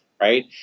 right